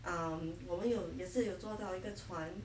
um 我们有也是有坐到一个船